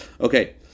Okay